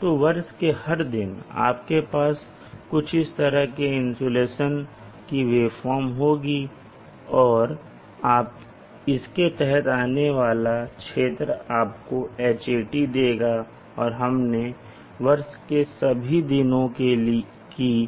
तो वर्ष के हर दिन आपके पास कुछ इस तरह से इंसुलेशन की वेवफॉर्म होगी और इसके तहत आने वाला क्षेत्र आपको Hat देगा और हमने पूरे वर्ष के सभी दिनों की